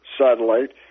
satellite